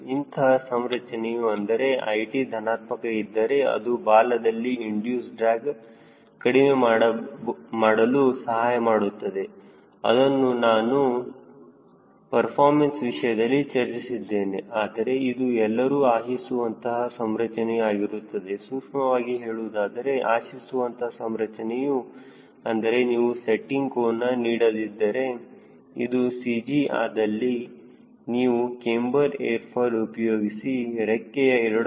ಇಂತಹ ಸಂರಚನೆಯು ಅಂದರೆ i t ಧನಾತ್ಮಕ ಇದ್ದರೆ ಅದು ಬಾಲದಲ್ಲಿ ಇಂಡಿಯೂಸ್ ಡ್ರ್ಯಾಗ್ ಕಡಿಮೆ ಕಡಿಮೆಮಾಡಲು ಸಹಾಯಮಾಡುತ್ತದೆ ಅದನ್ನು ನಾನು ಪರ್ಫಾರ್ಮೆನ್ಸ್ ವಿಷಯದಲ್ಲಿ ಚರ್ಚಿಸಿದ್ದೇನೆ ಆದರೆ ಇದು ಎಲ್ಲರೂ ಆಶಿಸುವಂತಹ ಸಂರಚನೆಯು ಆಗಿರುತ್ತದೆ ಸೂಕ್ಷ್ಮವಾಗಿ ಹೇಳುವುದಾದರೆ ಆಶಿಸುವಂತಹ ಸಂರಚನೆಯು ಅಂದರೆ ನೀವು ಸೆಟ್ಟಿಂಗ್ ಕೋನ ನೀಡದಿದ್ದರೆ ಇದು CG ಆದಲ್ಲಿ ನೀವು ಕ್ಯಾಮ್ಬರ್ ಏರ್ ಫಾಯ್ಲ್ ಉಪಯೋಗಿಸಿ ರೆಕ್ಕೆಯ a